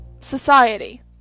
society